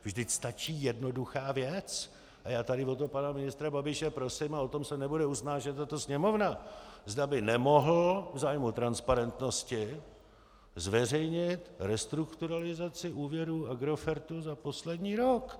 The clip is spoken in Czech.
Vždyť stačí jednoduchá věc a já tady o to pana ministra Babiše prosím, a o tom se nebude usnášet tato Sněmovna, zda by nemohl v zájmu transparentnosti zveřejnit restrukturalizaci úvěrů Agrofertu za poslední rok.